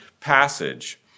passage